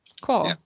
Cool